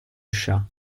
chat